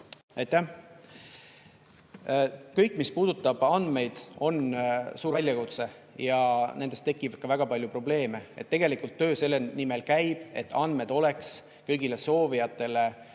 Kõik, mis puudutab andmeid, on suur väljakutse ja nendest tekib ka väga palju probleeme. Tegelikult töö selle nimel käib, et andmed oleksid kõigile soovijatele